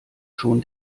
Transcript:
schon